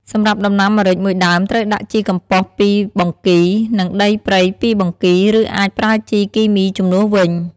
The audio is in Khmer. សម្រាប់ដំណាំម្រេចមួយដើមត្រូវដាក់ជីកំប៉ុស្តពីរបង្គី និងដីព្រៃពីរបង្គី ឬអាចប្រើជីគីមីជំនួសវិញ។